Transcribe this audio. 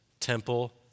temple